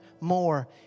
more